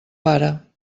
pare